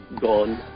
gone